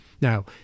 Now